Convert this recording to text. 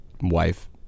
Wife